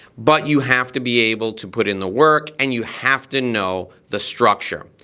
but you have to be able to put in the work and you have to know the structure.